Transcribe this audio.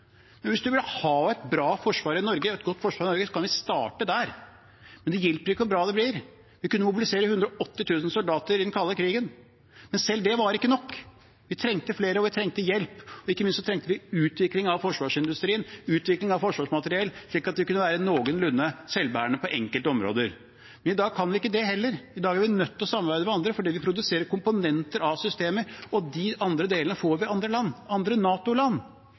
Hvis man vil ha et bra forsvar i Norge, et godt forsvar i Norge, kan vi starte der. Men det hjelper ikke hvor bra det blir – vi kunne mobilisere 180 000 soldater i den kalde krigen, men selv det var ikke nok. Vi trengte flere, og vi trengte hjelp. Ikke minst trengte vi utvikling av forsvarsindustrien, utvikling av forsvarsmateriell, slik at vi kunne være noenlunde selvbærende på enkelte områder. I dag kan vi ikke det heller. I dag er vi nødt til å samarbeide med andre fordi vi produserer komponenter av systemer, og de andre delene får vi av andre land – andre